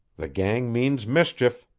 the gang means mischief.